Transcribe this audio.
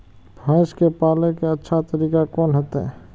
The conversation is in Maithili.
भैंस के पाले के अच्छा तरीका कोन होते?